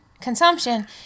consumption